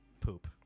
poop